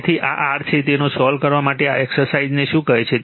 તેથી આ r છે તેને સોલ્વ કરવા માટે આ એક્સરસાઇઝને શું કહે છે